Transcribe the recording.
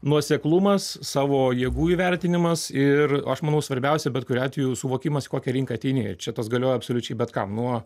nuoseklumas savo jėgų įvertinimas ir aš manau svarbiausia bet kuriuo atveju suvokimas į kokią rinką ateini ir čia tas galioja absoliučiai bet kam nuo